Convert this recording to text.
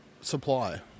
supply